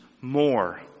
more